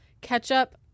ketchup